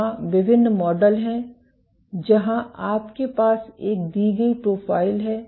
यहाँ विभिन्न मॉडल हैं जहां आपके पास एक दी गई प्रोफ़ाइल है